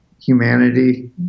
humanity